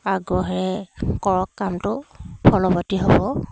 আগ্ৰহেৰে কৰক কামটো ফলৱৰ্তী হ'ব